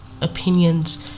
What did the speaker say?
opinions